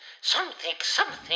something-something